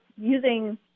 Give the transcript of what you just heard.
using